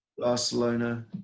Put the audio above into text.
Barcelona